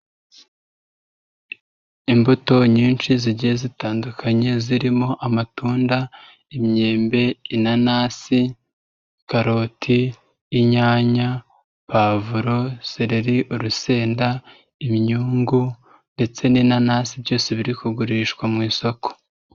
Imbuto nyinshi zigiye zitandukanye zirimo amatunda, imyembe, inanasi, karoti, inyanya, pavuro sereri, urusenda, imyungu ndetse n'inanasi byose biri kugurishwa mu isoko.